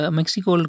Mexico